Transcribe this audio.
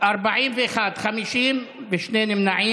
41 בעד, 50 נגד,